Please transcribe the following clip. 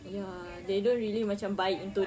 ya they don't really macam buy into that